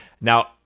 Now